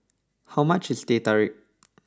how much is Teh Tarik